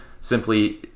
simply